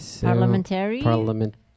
parliamentary